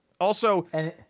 Also-